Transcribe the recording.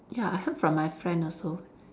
ya I heard from my friend also